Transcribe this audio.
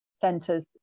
centres